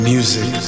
Music